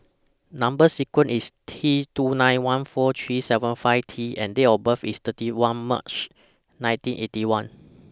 Number sequence IS T two nine one four three seven five T and Date of birth IS thirty one March nineteen Eighty One